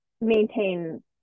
maintain